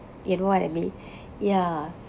you know what I mean ya